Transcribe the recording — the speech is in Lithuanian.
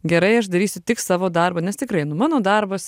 gerai aš darysiu tik savo darbą nes tikrai nu mano darbas